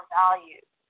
values